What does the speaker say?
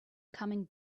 coming